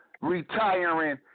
retiring